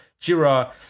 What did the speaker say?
Jira